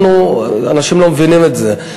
אנשים לא מבינים את זה,